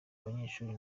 banyeshuri